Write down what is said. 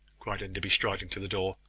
cried enderby, striding to the door.